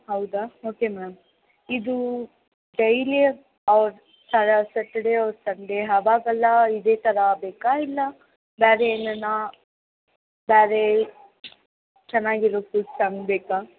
ಹೌದ okay ma'am ಇದು daily or Saturday or Sunday ಆವಾಗಲ್ಲ ಇದೇ ಥರ ಬೇಕಾ ಇಲ್ಲ ಬೇರೆ ಏನನಾ ಬೇರೆ ಚೆನ್ನಾಗಿರೊ ಫುಡ್ಸ್ ಹಂಗ್ ಬೇಕಾ